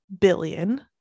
billion